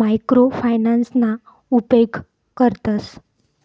micro फायनान्सना उपेग करतस